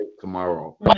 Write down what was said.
tomorrow